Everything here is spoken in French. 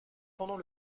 pendant